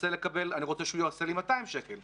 מגיע לכמעט לכל הקורסים.